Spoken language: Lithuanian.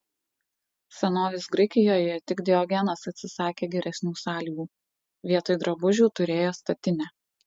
senovės graikijoje tik diogenas atsisakė geresnių sąlygų vietoj drabužių turėjo statinę